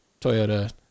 Toyota